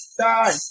die